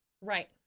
Right